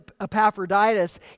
Epaphroditus